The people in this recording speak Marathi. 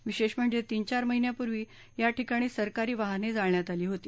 विशेष म्हणजे तीन चार महिन्यांपूर्वी या ठिकाणी सरकारी वाहने जाळण्यात आली होती